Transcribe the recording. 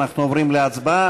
אנחנו עוברים להצבעה,